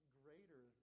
greater